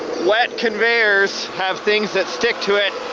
wet conveyors have things that stick to it.